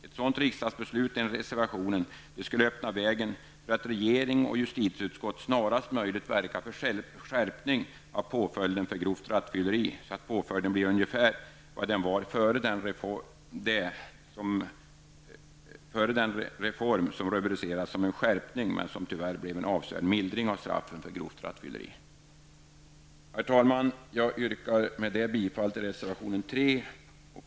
Ett sådant riksdagsbeslut enligt reservationen skulle öppna vägen för att regeringen och justitieutskottet snarast möjligt verkar för en skärpning av påföljden för grovt rattfylleri, så att påföljden blir ungefär vad den var före den reform som rubricerades som en skärpning men som tyvärr blev en avsevärd mildring av straffen för grovt rattfylleri. Herr talman! Med det anförda yrkar jag bifall till reservation 3.